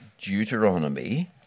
Deuteronomy